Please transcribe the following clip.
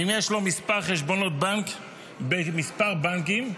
ואם יש לו כמה חשבונות בנק בכמה בנקים,